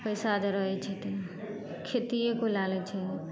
पैसा जे रहै छथिन खेतियेके ओ लए लै छै